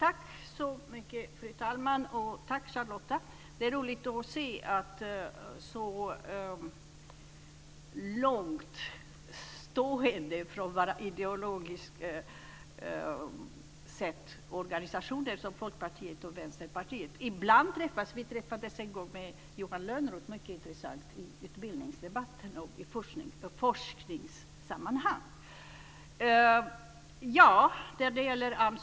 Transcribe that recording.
Fru talman! Tack, Charlotta! Det är roligt att se att ideologiskt sett så långt från varandra stående organisationer som Folkpartiet och Vänsterpartiet ibland träffas. Vi träffades en gång tillsammans med Johan Lönnroth i utbildningsdebatten och i forskningssammanhang. Det var mycket intressant.